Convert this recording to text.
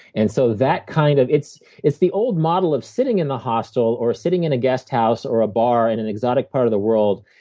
and so that kind of it's it's the old model of sitting in the hostel, or sitting in a guest house or a bar in an exotic part of the world,